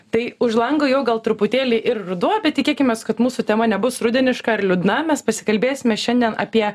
tai už lango jau gal truputėlį ir ruduo bet tikėkimės kad mūsų tema nebus rudeniška ar liūdna mes pasikalbėsime šiandien apie